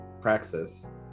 praxis